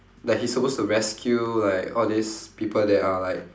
like he's supposed to rescue like all these people that are like